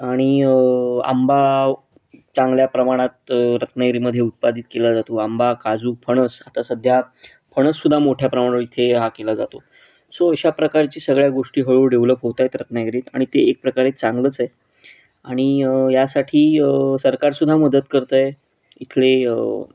आणि आंबा चांगल्या प्रमाणात रत्नागिरीमध्ये उत्पादित केला जातो आंबा काजू फणस आता सध्या फणससुद्धा मोठ्या इथे हा केला जातो सो अशा प्रकारची सगळ्या गोष्टी हळू डेव्हलप होत आहेत रत्नागिरीत आणि ते एक प्रकारे चांगलंच आहे आणि यासाठी सरकारसुद्धा मदत करतं आहे इथले